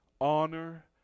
honor